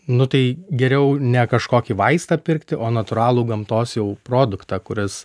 nu tai geriau ne kažkokį vaistą pirkti o natūralų gamtos jau produktą kuris